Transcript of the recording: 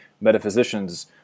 metaphysicians